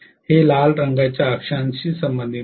हे लाल रंगाच्या अक्षांशी संबंधित आहे